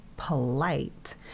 polite